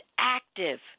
active